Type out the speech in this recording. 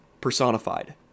personified